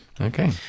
Okay